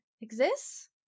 exists